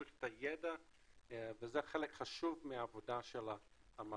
צריך את הידע וזה חלק חשוב מהעבודה של המחלקה.